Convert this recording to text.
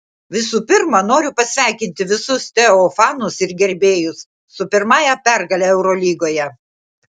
visų pirma noriu pasveikinti visus teo fanus ir gerbėjus su pirmąja pergale eurolygoje